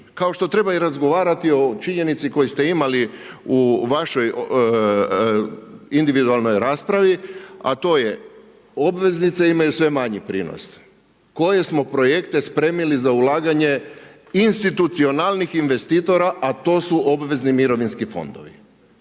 Kao što treba i razgovarati o činjenici koju ste imali u vašoj individualnoj raspravi, a to je obveznice imaju sve manji prinos, koje smo projekte spremili za ulaganje institucionalnih investitora, a to su obvezni mirovinski fondovi.